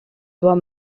dois